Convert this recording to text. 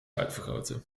uitvergroten